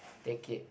take it